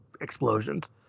explosions